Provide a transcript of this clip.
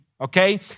Okay